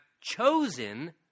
chosen